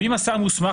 ואם השר מוסמך,